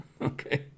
Okay